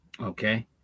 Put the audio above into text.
Okay